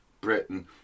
Britain